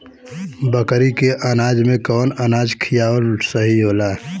बकरी के अनाज में कवन अनाज खियावल सही होला?